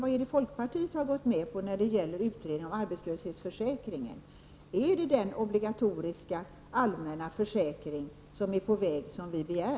Vad är det alltså som folkpartiet har gått med på när det gäller utredningen av arbetslöshetsförsäkringen? Är det den obligatoriska allmänna försäkring som vi begär som är på väg?